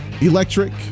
electric